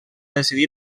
decidir